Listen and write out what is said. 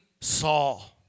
Saul